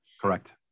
Correct